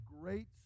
great